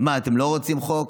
מה, אתם לא רוצים חוק?